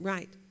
Right